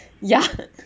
ya